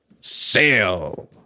sail